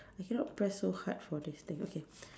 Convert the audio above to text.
I cannot press so hard for this thing okay